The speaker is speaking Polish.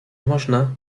można